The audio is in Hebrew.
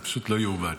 זה פשוט לא ייאמן.